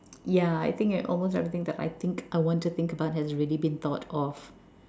ya I think that almost everything that I think I want to think about has already been thought of